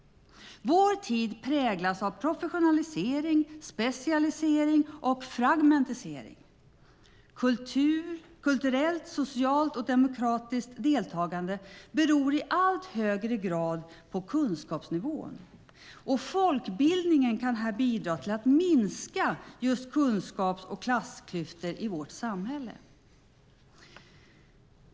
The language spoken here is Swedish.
Vår tid präglas av professionalisering, specialisering och fragmentisering. Kulturellt, socialt och demokratiskt deltagande beror i allt högre grad på kunskapsnivå. Folkbildningen kan här bidra till att minska kunskaps och klassklyftorna i vårt samhälle.